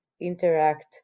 interact